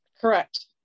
Correct